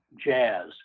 jazz